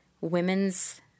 women's